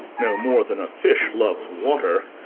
no more than a fish loves water.